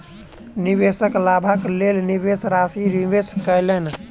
निवेशक लाभक लेल निवेश राशि निवेश कयलैन